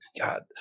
god